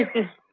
is